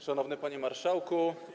Szanowny Panie Marszałku!